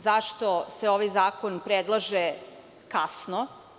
Zašto se ovaj zakon predlaže kasno?